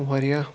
واریاہ